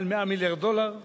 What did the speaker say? מעל 100 מיליארד דולר.